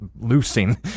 loosing